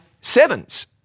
sevens